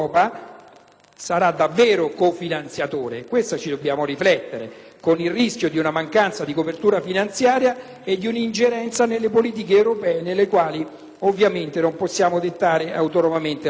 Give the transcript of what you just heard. sarà davvero un co-finanziatore, col rischio di una mancanza di copertura finanziaria e di una ingerenza nelle politiche europee delle quali ovviamente non possiamo dettare autonomamente l'agenda.